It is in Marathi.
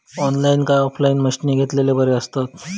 ऑनलाईन काय ऑफलाईन मशीनी घेतलेले बरे आसतात?